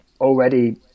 already